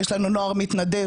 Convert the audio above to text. יש לנו נוער מתנדב.